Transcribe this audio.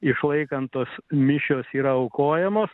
išlaikant tos mišios yra aukojamos